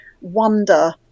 wonder